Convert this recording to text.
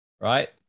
Right